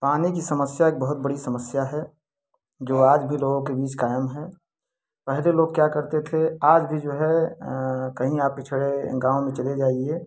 पानी की समस्या एक बहुत बड़ी समस्या है जो आज भी लोगों के बीच कायम है पहले लोग क्या करते थे आज भी जो है कहीं आप पिछड़े गाँव में चले जाइए